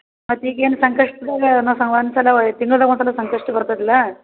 ಮತ್ತು ಈಗೇನು ಸಂಕಷ್ಟ್ದಾಗ ಒನ್ ಸಲವ ತಿಂಗಳ್ದಾಗ ಒನ್ಸಲ ಸಂಕಷ್ಟಿ ಬರ್ತದಲ್ಲಾ